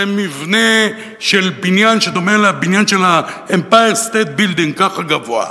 זה מבנה של בניין שדומה ל"אמפייר סטייט בילדינג" ככה גבוה,